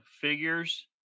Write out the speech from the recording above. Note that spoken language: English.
figures